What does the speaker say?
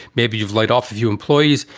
maybe you've laid off a few employees.